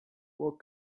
what